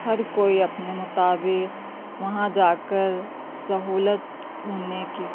ہر کوئی اپنے مطابق وہاں جا کر سہولت ڈھوںڈنے کی